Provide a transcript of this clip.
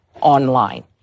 online